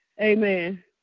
Amen